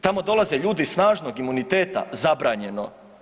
Tamo dolaze ljudi snažnog imuniteta, zabranjeno.